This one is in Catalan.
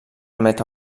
meta